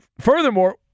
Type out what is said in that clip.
furthermore